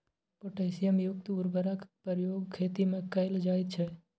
potassium युक्त उर्वरकक प्रयोग खेतीमे कैल जाइत छै